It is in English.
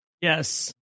yes